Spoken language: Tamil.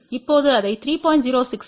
இப்போது இதை 3